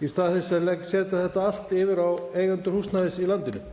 í stað þess að setja þetta allt yfir á eigendur húsnæðis í landinu?